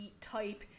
type